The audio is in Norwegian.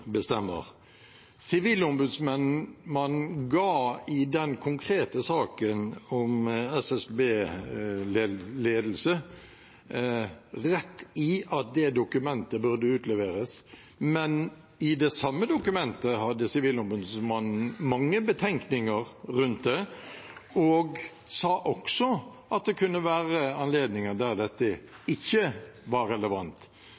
bestemmer. Sivilombudsmannen ga i den konkrete saken om SSB-ledelse rett i at det dokumentet burde utleveres, men i det samme dokumentet hadde Sivilombudsmannen mange betenkninger rundt det og sa også at det kunne være anledninger der dette ikke var relevant.